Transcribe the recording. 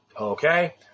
Okay